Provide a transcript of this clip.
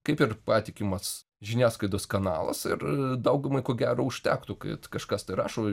kaip ir patikimas žiniasklaidos kanalas ir daugumai ko gero užtektų kad kažkas rašo